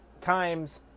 times